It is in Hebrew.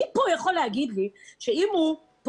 מי פה יכול להיות להגיד לי שאם הוא פונה